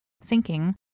sinking